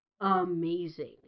amazing